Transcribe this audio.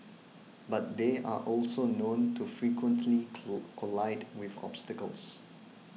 but they are also known to frequently collide with obstacles